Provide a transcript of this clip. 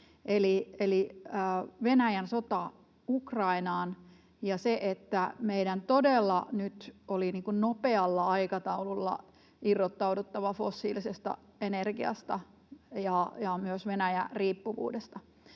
eli Venäjän sotaa Ukrainassa, ja se, että meidän todella nyt oli nopealla aikataululla irrottauduttava fossiilisesta energiasta ja myös Venäjä-riippuvuudesta,